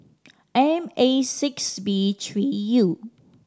M A six B three U